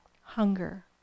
Hunger